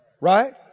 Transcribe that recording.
Right